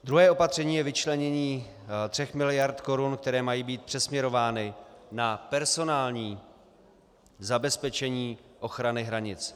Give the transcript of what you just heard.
Druhé opatření je vyčlenění 3 mld. korun, které mají být přesměrovány na personální zabezpečení ochrany hranic.